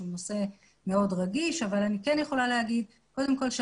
נושא מאוד רגיש אבל אני כן יכולה לומר שהערכים